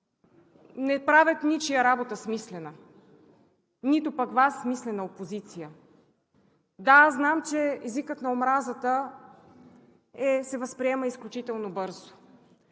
не правят ничия работа смислена, нито пък Вас – смислена опозиция. Аз знам, че езикът на омразата се възприема изключително бързо